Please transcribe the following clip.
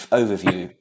overview